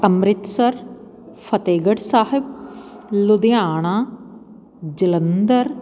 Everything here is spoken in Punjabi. ਅੰਮ੍ਰਿਤਸਰ ਫ਼ਤਿਹਗੜ੍ਹ ਸਾਹਿਬ ਲੁਧਿਆਣਾ ਜਲੰਧਰ